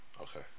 Okay